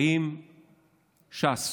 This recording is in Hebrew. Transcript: האם ש"ס